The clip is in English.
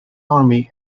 army